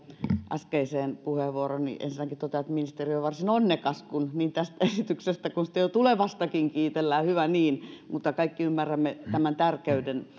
äskeiseen puheenvuorooni ensinnäkin totean että ministeri on varsin onnekas kun niin tästä esityksestä kuin sitten jo tulevastakin kiitellään hyvä niin kaikki ymmärrämme tämän tärkeyden